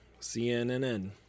CNN